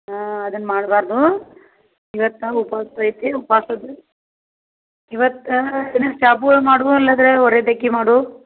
ಹಾಂ ಅದನ್ನ ಮಾಡ್ಬಾರದು ಇವತ್ತು ಉಪವಾಸ ಐತಿ ಉಪವಾಸದ ಇವತ್ತಾ ಏನು ಚಾಬುವಲ್ ಮಾಡು ಇಲ್ಲದೇ ಒರೆದೆಕ್ಕಿ ಮಾಡು